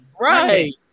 Right